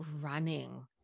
running